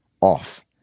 off